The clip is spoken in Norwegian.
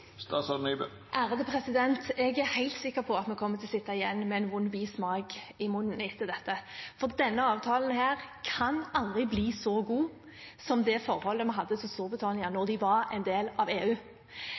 Jeg er helt sikker på at vi kommer til å sitte igjen med en vond smak i munnen etter dette, for denne avtalen kan aldri bli så god som det forholdet vi hadde til Storbritannia